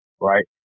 right